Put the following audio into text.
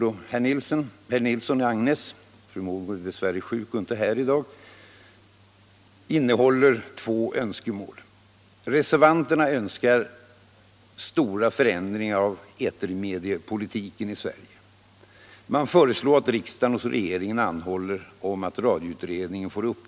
och TV-verksamhetens organisation.